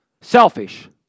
selfish